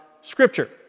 Scripture